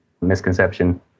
misconception